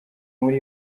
muri